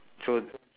so